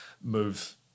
move